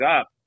up